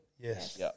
Yes